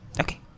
okay